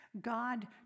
God